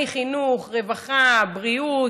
אני חינוך, רווחה, בריאות.